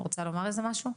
רוצה לומר משהו?